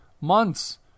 months